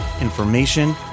information